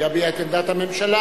יביע את עמדת הממשלה,